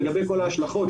לגבי כל ההשלכות,